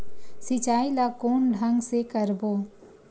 सिंचाई ल कोन ढंग से करबो?